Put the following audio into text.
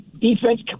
defense